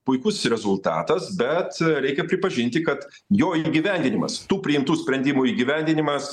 puikus rezultatas bet reikia pripažinti kad jo įgyvendinimas tų priimtų sprendimų įgyvendinimas